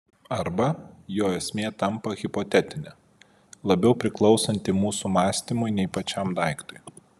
arba jo esmė tampa hipotetinė labiau priklausanti mūsų mąstymui nei pačiam daiktui